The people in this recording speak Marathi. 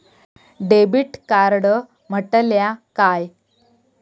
डेबिट कार्ड म्हटल्या काय?